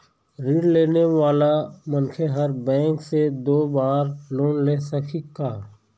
ऋण लेने वाला मनखे हर बैंक से दो बार लोन ले सकही का?